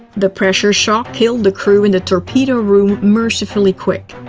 the pressure shock killed the crew in the torpedo room mercifully quick.